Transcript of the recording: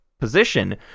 position